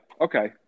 okay